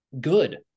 good